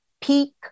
peak